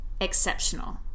exceptional